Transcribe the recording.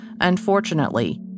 Unfortunately